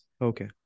Okay